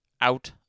out